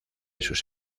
sus